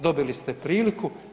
Dobili ste priliku.